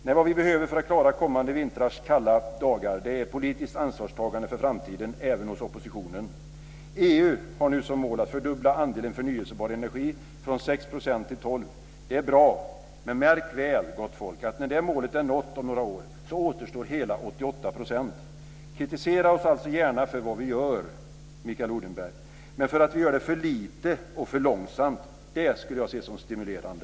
Nej, vad vi behöver för att klara kommande vintrars kalla dagar är ett politiskt ansvarstagande för framtiden även hos oppositionen. EU har nu som mål att fördubbla andelen förnybar energi från 6 % till 12 %. Det är bra. Men märk väl, gott folk, att när det målet är nått om några år återstår hela 88 %. Kritisera oss alltså gärna för vad vi gör, Mikael Odenberg, men för att vi gör det för lite och för långsamt. Det skulle jag se som stimulerande.